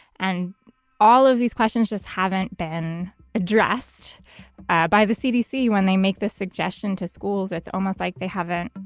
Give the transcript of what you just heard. and all of these questions just haven't been addressed by the cdc when they make the suggestion to schools. it's almost like they haven't,